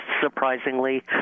surprisingly